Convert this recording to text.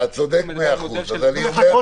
אתה צודק במאה אחוזים.